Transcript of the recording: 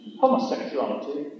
Homosexuality